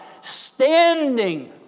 standing